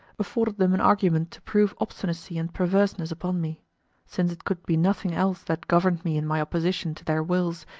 afforded them an argument to prove obstinacy and perverseness upon me since it could be nothing else that governed me in my opposition to their wills,